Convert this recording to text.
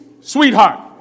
sweetheart